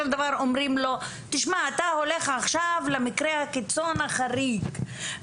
דבר אומרים לו שהוא הולך עכשיו למקרה הקיצון והחריג,